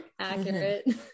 accurate